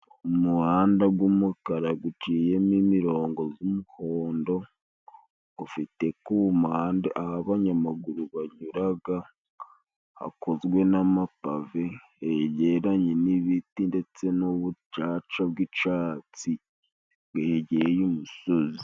Umuhanda g'umukara guciyemo imirongo z'umuhondo, gufite ku mpande aho abanyamaguru banyuraga hakozwe n'amapave, hegeranye n'ibiti ndetse n'ubucaca bw'icatsi bwegeye umusozi.